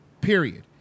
period